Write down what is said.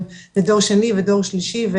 לדור שני ודור שלישי.